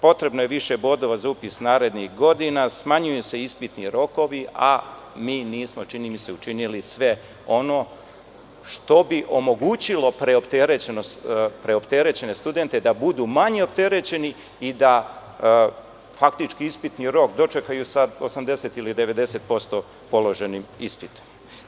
Potrebno je više bodova za upis narednih godina, smanjuju se ispitni rokovi,a mi nismo, čini mi se, učinili sve ono što bi omogućilo preopterećene studente da budu manje opterećeni i da faktički ispitni rok dočekaju sa 80 ili 90% položenim ispitom.